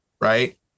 Right